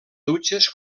dutxes